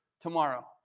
tomorrow